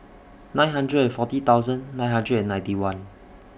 nine hundred and forty thousand nine hundred and ninety one